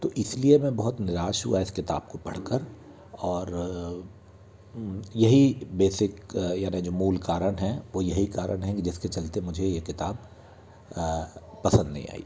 तो इस लिए मैं बहुत निराश हुआ इस किताब को पढ़ कर और यही बेसिक यानी जो मूल कारण है वो यही कारण है कि जिसके चलते मुझे ये किताब पसंद नहीं आई